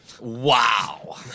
Wow